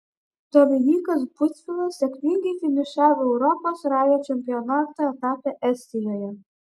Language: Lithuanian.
dominykas butvilas sėkmingai finišavo europos ralio čempionato etape estijoje